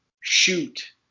shoot